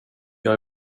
jag